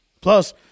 Plus